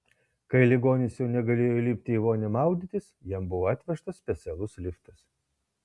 kai ligonis jau negalėjo įlipti į vonią maudytis jam buvo atvežtas specialus liftas